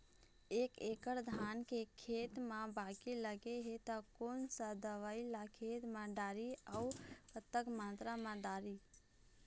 एक एकड़ धान के खेत मा बाकी लगे हे ता कोन सा दवई ला खेत मा डारी अऊ कतक मात्रा मा दारी?